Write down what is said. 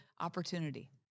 opportunity